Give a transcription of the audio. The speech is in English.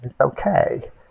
okay